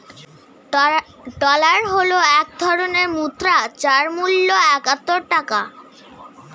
dollar হল এক ধরনের মুদ্রা যার মূল্য একাত্তর টাকা